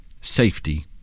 safety